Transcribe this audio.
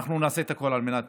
אנחנו נעשה את הכול על מנת